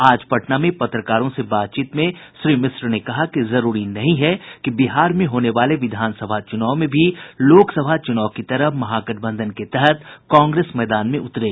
आज पटना में पत्रकारों से बातचीत में श्री मिश्र ने कहा कि जरूरी नहीं है कि बिहार में होने वाले विधानसभा चूनाव में भी लोकसभा चूनाव की तरह महागठबंधन के तहत कांग्रेस मैदान में उतरे